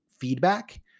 feedback